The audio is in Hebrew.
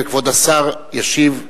כבוד השר ישיב.